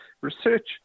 research